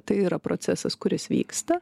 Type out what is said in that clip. tai yra procesas kuris vyksta